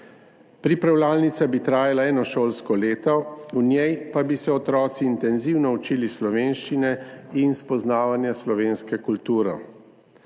Pripravljalnica bi trajala eno šolsko leto, v njej pa bi se otroci intenzivno učili slovenščino in spoznavali slovensko kulturo,